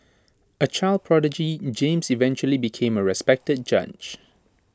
A child prodigy James eventually became A respected judge